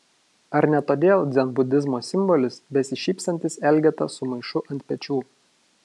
ar ne todėl dzenbudizmo simbolis besišypsantis elgeta su maišu ant pečių